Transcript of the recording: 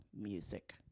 music